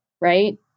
right